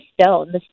stone